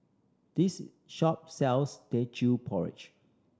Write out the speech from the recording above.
this shop sells Teochew Porridge